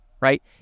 right